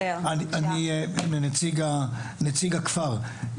אני נציג הכפר,